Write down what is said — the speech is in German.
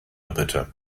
bitte